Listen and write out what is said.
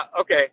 okay